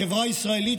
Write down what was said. החברה הישראלית,